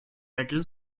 metal